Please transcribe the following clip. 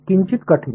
तर किंचित कठिण